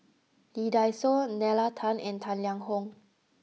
Lee Dai Soh Nalla Tan and Tang Liang Hong